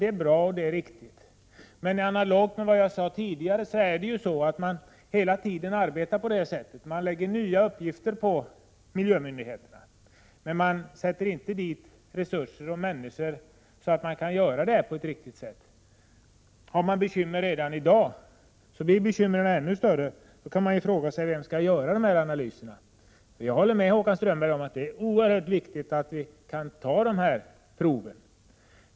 Det är riktigt och det är bra. Men analogt med det jag sade tidigare arbetar man hela tiden på det sättet att nya uppgifter läggs på miljömyndigheterna, men det sätts inte till resurser och människor så att genomförandet kan ske på ett riktigt sätt. Har man bekymmer redan i dag, blir bekymren ännu större på detta sätt. Då kan man fråga sig vem som skall göra analyserna. Jag håller med Håkan Strömberg om att det är oerhört viktigt att vi kan ta dessa prover.